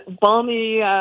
balmy